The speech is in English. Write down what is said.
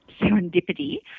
serendipity